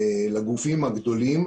לגופים הגדולים,